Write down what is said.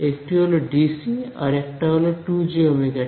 একটা হল ডিসি আরেকটা হল 2jωt